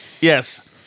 yes